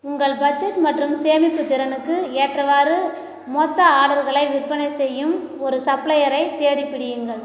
உங்கள் பட்ஜெட் மற்றும் சேமிப்புத் திறனுக்கு ஏற்றவாறு மொத்த ஆர்டர்களை விற்பனை செய்யும் ஒரு சப்ளையரை தேடிப் பிடியுங்கள்